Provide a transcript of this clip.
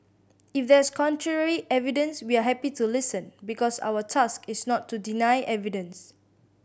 if there's contrary evidence we are happy to listen because our task is not to deny evidence